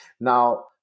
Now